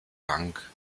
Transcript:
bank